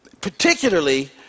particularly